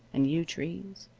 and yew trees,